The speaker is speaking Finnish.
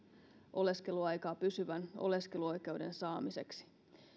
oleskeluaikaa pysyvän oleskeluoikeuden saamiseksi